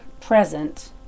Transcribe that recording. present